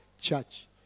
church